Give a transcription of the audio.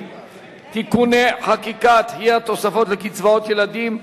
(תיקוני חקיקה) (דחיית תוספות לקצבאות ילדים),